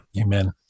Amen